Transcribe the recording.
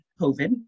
COVID